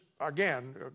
again